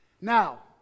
Now